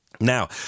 Now